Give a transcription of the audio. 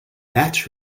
batch